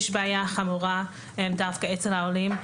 יש בעיה חמורה דווקא אצל העולים.